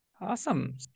Awesome